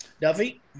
Duffy